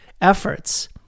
efforts